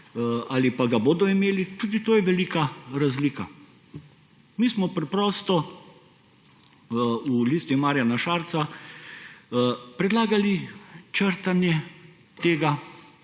ali pa ga bodo imeli. Tudi to je velika razlika. Mi smo preprosto v Listi Marjana Šarca predlagali črtanje tega.